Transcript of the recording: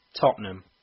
Tottenham